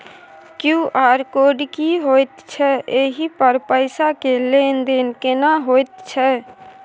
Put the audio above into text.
QR code की होयत छै एहि पर पैसा के लेन देन केना होयत छै?